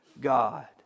God